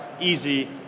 easy